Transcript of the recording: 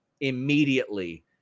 immediately